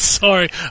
Sorry